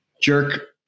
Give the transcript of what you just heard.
jerk